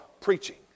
preaching